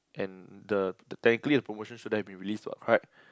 and the the technically the promotion shouldn't have been released what correct